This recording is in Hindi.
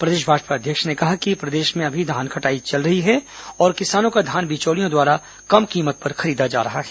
प्रदेश भाजपा अध्यक्ष ने कहा कि प्रदेश में अभी धान कटाई चल रही है और किसानों का धान बिचौलियों द्वारा कम कीमत पर खरीदा जा रहा है